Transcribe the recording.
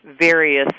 various